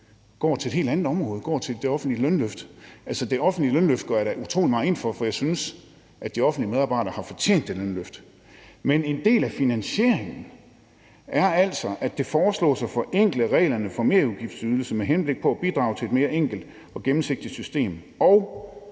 går til et helt andet område. De går til et lønløft i det offentlige. Altså, et lønløft i det offentlige går jeg da utrolig meget ind for, for jeg synes, at de offentligt ansatte har fortjent det lønløft. Men en del af finansieringen foreslås altså at være at forenkle reglerne for merudgiftsydelse med henblik på at bidrage til et mere enkelt og gennemsigtigt system,